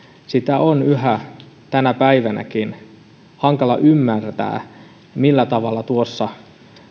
sitä on yhä tänä päivänäkin hankala ymmärtää millä tavalla tuossa